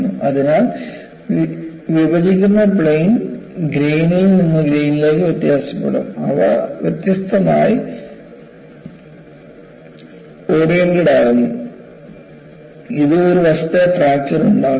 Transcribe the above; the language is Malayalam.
അതിനാൽ വിഭജിക്കുന്ന പ്ലെയിൻ ഗ്രേനിൽ നിന്ന് ഗ്രേനിലേക്ക് വ്യത്യാസപ്പെടും അവ വ്യത്യസ്തമായി ഓറിയന്റഡ് ആകുന്നു ഇത് ഒരു വശത്തെ ഫ്രാക്ചർ ഉണ്ടാക്കുന്നു